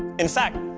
in fact,